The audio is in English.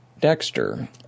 Dexter